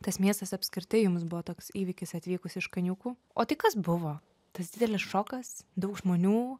tas miestas apskritai jums buvo toks įvykis atvykus iš kaniūkų o tai kas buvo tas didelis šokas daug žmonių